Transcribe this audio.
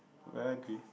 yeah I agree